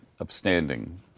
upstanding